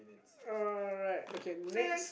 alright okay next